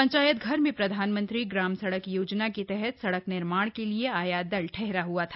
पंचायतघर में प्रधानमंत्री ग्राम सड़क योजना के तहत सड़क निर्माण के लिए आया दल ठहरा हआ था